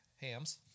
hams